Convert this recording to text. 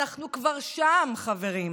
אנחנו כבר שם, חברים.